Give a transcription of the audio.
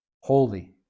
holy